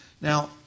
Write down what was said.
Now